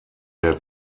der